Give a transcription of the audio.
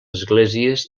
esglésies